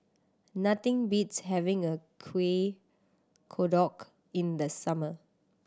nothing beats having a Kuih Kodok in the summer